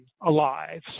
alive